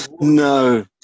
no